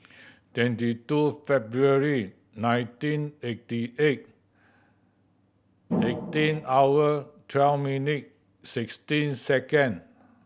twenty two February nineteen eighty eight eighteen hour twelve minute sixteen second